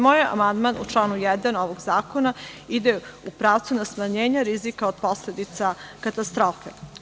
Moj amandman u članu 1. ovog zakona ide u pravcu smanjenja rizika od posledica katastrofa.